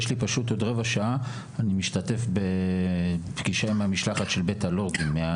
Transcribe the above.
עוד רבע שעה אני משתתף בפגישה עם המשלחת של בית הלורדים.